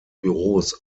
büros